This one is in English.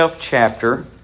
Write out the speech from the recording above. chapter